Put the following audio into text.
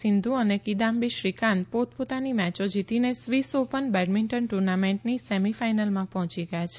સિંધુ અને કિદામ્બી શ્રીકાંત પોત પોતાની મેયો જીતીને સ્વિસ ઓપન બેડમિન્ટન ટુર્નામેન્ટની સેમી ફાઇનલમાં પહોંચી ગથા છે